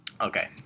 Okay